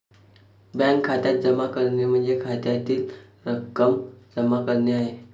bank खात्यात जमा करणे म्हणजे खात्यातील रक्कम जमा करणे आहे